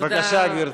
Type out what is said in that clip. בבקשה, גברתי.